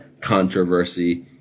controversy